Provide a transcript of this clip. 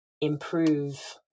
improve